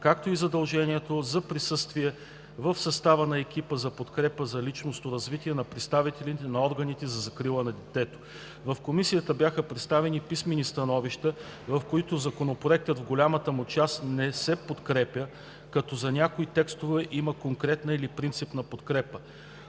както и задължението за присъствие в състава на екипа за подкрепа за личностно развитие на представители на органите за закрила на детето. В Комисията бяха представени писмени становища, в които Законопроектът в по-голямата му част не се подкрепя, като за някои текстове има конкретна или принципна подкрепа.